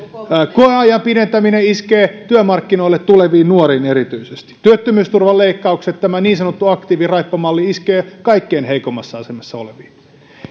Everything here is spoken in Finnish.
koeajan pidentäminen iskee työmarkkinoille tuleviin nuoriin erityisesti työttömyysturvan leikkaukset tämä niin sanottu aktiiviraippamalli iskee kaikkein heikoimmassa asemassa oleviin